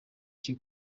cye